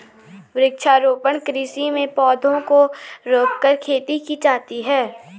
वृक्षारोपण कृषि में पौधों को रोंपकर खेती की जाती है